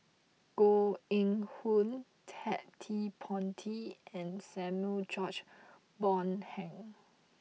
Koh Eng Hoon Ted De Ponti and Samuel George Bonham